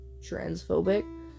transphobic